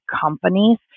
companies